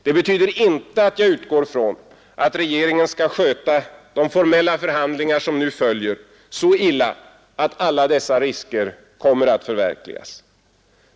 Det betyder inte att jag utgår från att regeringen skall sköta de formella förhandlingar som nu följer så illa att alla dessa risker blir verklighet.